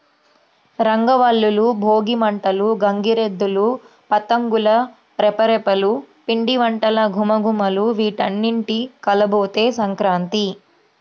రంగవల్లులు, భోగి మంటలు, గంగిరెద్దులు, పతంగుల రెపరెపలు, పిండివంటల ఘుమఘుమలు వీటన్నింటి కలబోతే సంక్రాంతి